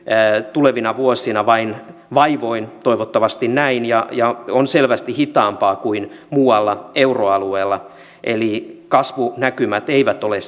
tulevina vuosina vain vaivoin toivottavasti näin ja ja on selvästi hitaampaa kuin muualla euroalueella eli kasvunäkymät eivät ole